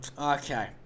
Okay